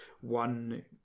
one